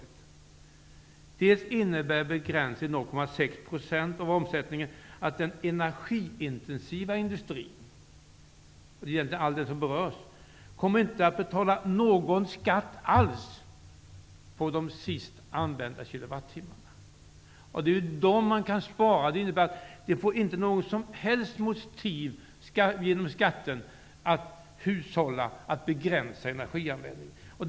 För det första innebär begränsningen 0,6 % av omsättningen att den energiintensiva industrin inte kommer att betala någon skatt alls för de sist använda kilowattimmarna. Denna skatt ger inte några som helst motiv för att hushålla med energianvändningen och begränsa den.